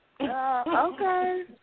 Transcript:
Okay